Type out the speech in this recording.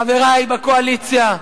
חברי בקואליציה,